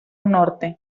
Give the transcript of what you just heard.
norte